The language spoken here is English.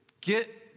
get